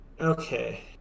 Okay